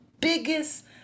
biggest